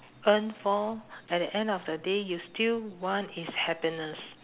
earn for at the end of the day you still want is happiness